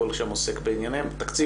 הכול שם עוסק בעניינים כאלה.